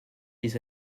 les